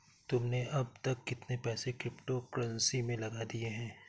तुमने अब तक कितने पैसे क्रिप्टो कर्नसी में लगा दिए हैं?